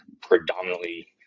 predominantly